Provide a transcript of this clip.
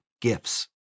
gifts